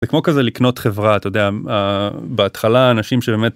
זה כמו כזה לקנות חברה, אתה יודע, בהתחלה אנשים שבאמת